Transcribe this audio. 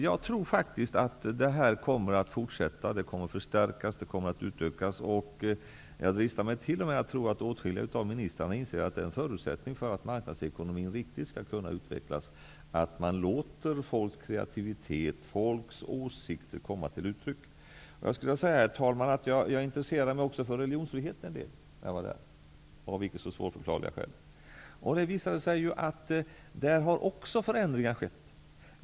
Jag tror faktiskt att detta kommer att fortsätta. Det kommer att förstärkas och utökas. Jag dristar mig t.o.m. till att tro att åtskilliga av ministrarna inser att en förutsättning för att marknadsekonomin skall kunna utvecklas riktigt är att de låter folks kreativitet och åsikter komma till uttryck. Herr talman! Jag intresserade mig också en del för religionsfriheten när jag var där, av icke så svårförståeliga skäl. Det visade sig att det även skett förändringar på det området.